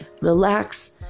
relax